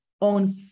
on